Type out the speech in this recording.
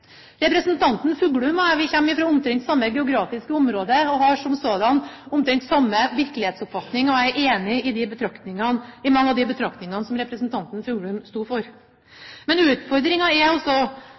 Representanten Fuglum og jeg kommer fra omtrent samme geografiske område, og har slik sett omtrent samme virkelighetsoppfatning. Jeg er enig i mange av de betraktningene som representanten Fuglum sto for.